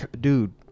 Dude